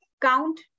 count